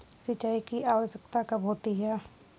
सिंचाई की आवश्यकता कब होती है?